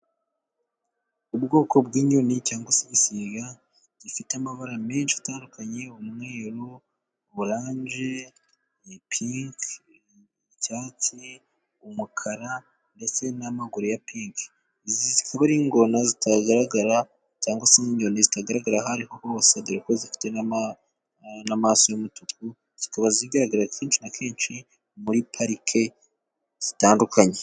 Ubwoko bw'inyoni cyangwa se igisiga, gifite amabara menshi atandukanye umweru, oranje, pinki, icyatsi, umukara, ndetse n'amaguru ya pinki, izi zikaba ari ingona zitagaragara cyangwa se n'inyoni zitagaragara aho ariho hose, dore ko zifite n'amaso y'umutuku zikaba zigaragara kenshi na kenshi muri parike zitandukanye.